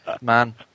man